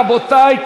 רבותי,